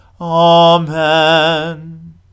Amen